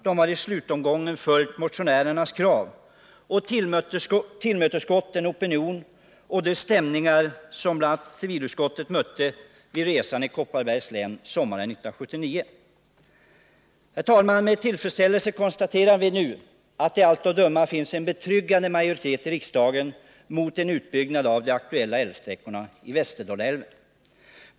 De har i slutomgången följt motionärernas krav och tillmötesgått den opinion och de stämningar som vi i civilutskottet mötte vid resan i Kopparbergs län sommaren 1979. Herr talman! Med tillfredsställelse konstaterar vi nu att det av allt att döma finns en betryggande majoritet i riksdagen mot en utbyggnad av de aktuella sträckorna i Västerdalälven.